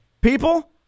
People